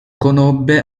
conobbe